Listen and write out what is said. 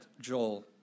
Joel